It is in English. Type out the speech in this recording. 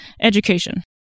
Education